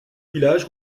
village